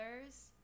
others